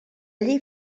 llei